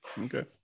Okay